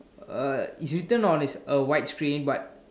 uh it's written on a white screen but